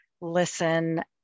listen